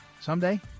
someday